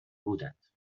بودند